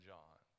John